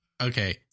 Okay